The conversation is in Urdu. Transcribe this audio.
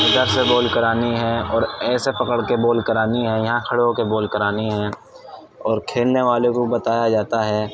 ادھر سے بال کرانی ہے اور ایسے پکڑ کے بال کرانی ہے یہاں کھڑے ہو کے بال کرانی ہے اور کھیلنے والے کو بتایا جاتا ہے